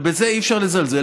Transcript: ובזה אי-אפשר לזלזל,